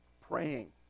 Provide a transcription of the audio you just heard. praying